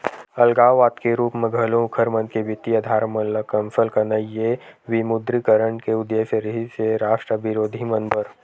अलगाववाद के रुप म घलो उँखर मन के बित्तीय अधार मन ल कमसल करना ये विमुद्रीकरन के उद्देश्य रिहिस हे रास्ट बिरोधी मन बर